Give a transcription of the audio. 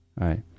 right